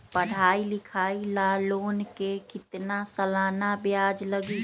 पढाई लिखाई ला लोन के कितना सालाना ब्याज लगी?